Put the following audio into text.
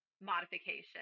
modification